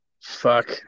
Fuck